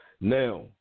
now –